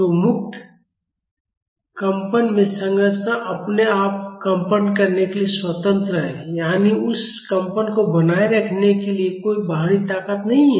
तो मुक्त कंपन में संरचना अपने आप कंपन करने के लिए स्वतंत्र है यानी उस कंपन को बनाए रखने के लिए कोई बाहरी ताकत नहीं है